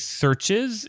searches